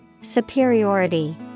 Superiority